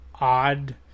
odd